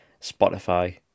Spotify